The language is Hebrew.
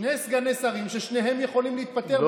שני סגני שרים ששניהם יכולים להתפטר בנורבגי.